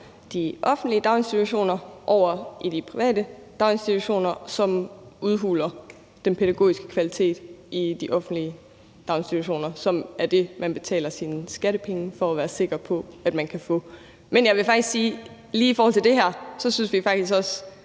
de offentlige daginstitutioner over i de private daginstitutioner, hvilket medfører en udhuling af den pædagogiske kvalitet i de offentlige daginstitutioner, som er det, man betaler sine skattepenge for at være sikker på at man kan få. Men jeg vil faktisk lige i forhold til det her sige, at vi faktisk også